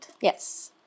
Yes